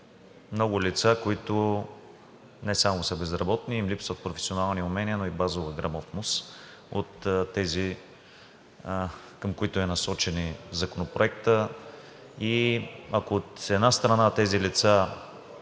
много лица, които не само са безработни и им липсват професионални умения, но и базова грамотност от тези, към които е насочен и Законопроектът. Ако, от една страна, тези лица